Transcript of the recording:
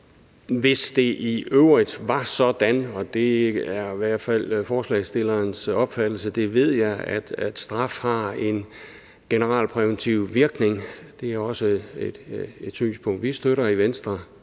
Hvis det i øvrigt var sådan, og det er i hvert fald forslagsstillernes opfattelse, det ved jeg, at straf har en generalpræventiv virkning – det er også et synspunkt, vi generelt støtter i Venstre